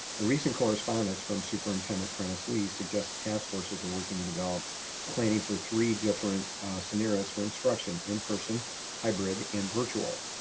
the recent correspondence from superintendent prentice lee suggests task forces are working to develop planning for three different scenarios for instruction in-person, hybrid and virtual.